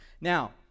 Now